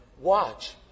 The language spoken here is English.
Watch